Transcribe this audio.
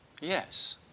Yes